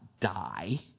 die